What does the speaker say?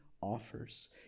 offers